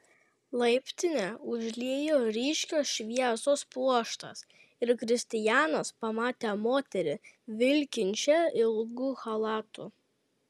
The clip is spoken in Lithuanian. laiptinę užliejo ryškios šviesos pluoštas ir kristianas pamatė moterį vilkinčią ilgu chalatu